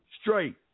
straight